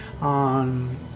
on